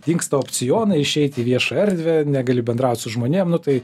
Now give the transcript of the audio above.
dingsta opcionai išeiti į viešą erdvę negali bendraut su žmonėms nu tai